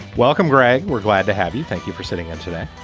welcome greg. we're glad to have you. thank you for sitting in today.